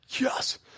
Yes